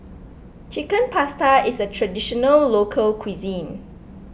Chicken Pasta is a Traditional Local Cuisine